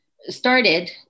started